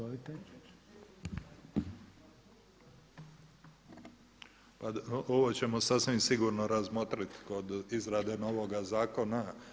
Ovo ćemo sasvim sigurno razmotriti kod izrade novoga zakona.